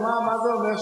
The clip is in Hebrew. אז מה זה אומר?